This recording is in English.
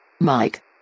Mike